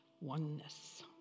Oneness